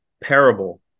parable